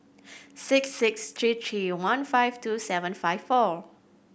six six three three one five two seven five four